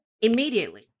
Immediately